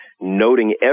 noting